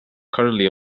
currently